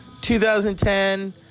2010